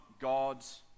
God's